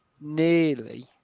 Nearly